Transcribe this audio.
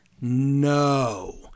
no